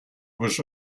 was